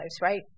right